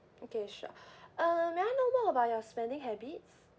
okay sure uh may I know more about your spending habits